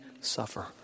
suffer